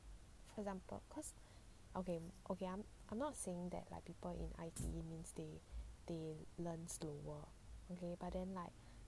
for example cause okay okay I'm I'm not saying that like people in I_T_E means they they learn slower okay but then like